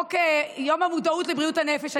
חוק יום המודעות לבריאות הנפש,